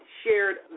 shared